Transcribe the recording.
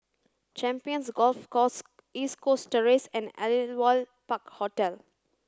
Champions Golf Course East Coast Terrace and Aliwal Park Hotel